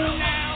now